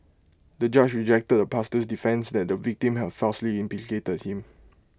the judge rejected the pastor's defence that the victim had falsely implicated him